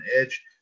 Edge